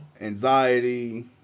Anxiety